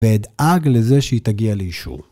‫ואדאג לזה שהיא תגיע לאישור.